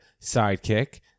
sidekick